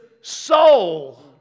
soul